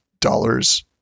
dollars